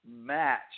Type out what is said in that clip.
match